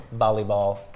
volleyball